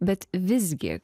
bet visgi